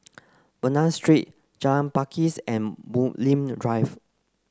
Bernam Street Jalan Pakis and Bulim Drive